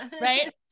right